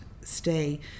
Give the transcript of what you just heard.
stay